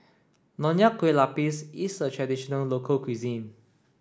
Nonya Kueh Lapis is a traditional local cuisine